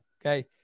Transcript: Okay